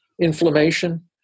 Inflammation